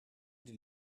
pri